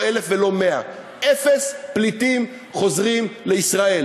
1,000 ולא 100. אפס פליטים חוזרים לישראל.